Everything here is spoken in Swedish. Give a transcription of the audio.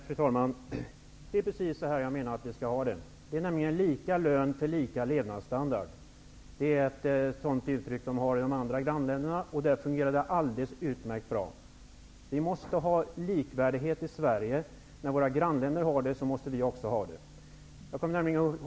Fru talman! Det är precis på det sättet jag menar att vi skall ha det. Det innebär nämligen lika lön för lika levnadsstandard. Det är så man resonerar i våra grannländer, och där fungerar det alldeles utmärkt bra. När våra grannländer har detta, måste också vi ha det.